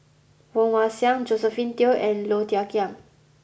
Woon Wah Siang Josephine Teo and Low Thia Khiang